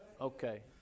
okay